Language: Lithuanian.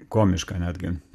komišką netgi